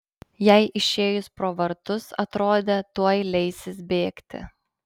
jai išėjus pro vartus atrodė tuoj leisis bėgti